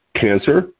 cancer